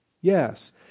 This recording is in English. Yes